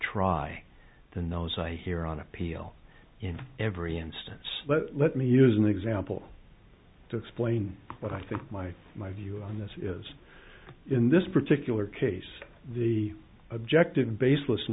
try than those i hear on appeal in every instance let me use an example to explain what i think my my view on this is in this particular case the objective baseless in